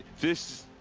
this.